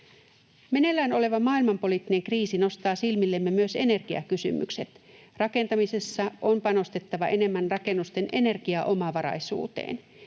Meneillään oleva maailmanpoliittinen kriisi nostaa silmillemme myös energiakysymykset. Rakentamisessa on panostettava enemmän rakennusten energiaomavaraisuuteen.